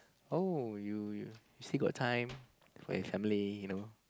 oh you you still got time for your family you know